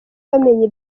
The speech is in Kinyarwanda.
bamenya